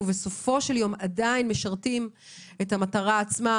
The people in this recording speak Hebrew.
ובסופו של יום עדיין משרתים את המטרה עצמה,